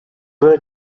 were